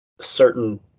certain